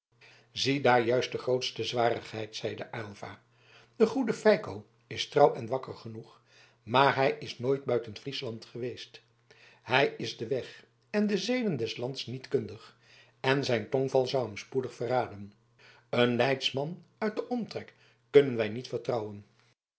ziedaar juist de grootste zwarigheid zeide aylva de goede feiko is trouw en wakker genoeg maar hij is nooit buiten friesland geweest hij is den weg en de zeden des lands niet kundig en zijn tongval zou hem spoedig verraden een leidsman uit den omtrek kunnen wij niet vertrouwen